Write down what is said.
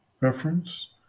Reference